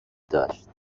داشت